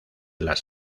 las